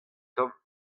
tomm